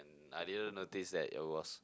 I didn't notice that it was